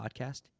podcast